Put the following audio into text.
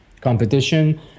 Competition